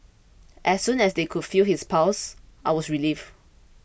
as soon as they could feel his pulse I was relieved